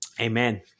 amen